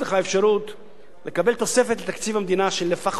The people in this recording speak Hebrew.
לקבל תוספת לתקציב המדינה של לפחות 10 מיליארד שקל,